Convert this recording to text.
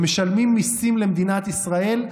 הם משלמים מיסים למדינת ישראל,